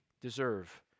deserve